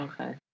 Okay